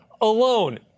Alone